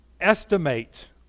estimate